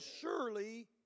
surely